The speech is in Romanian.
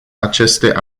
aceste